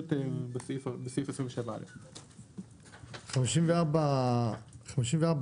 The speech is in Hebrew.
פשוט בסעיף 27א. 54